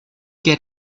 get